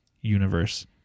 universe